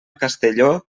castelló